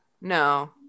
no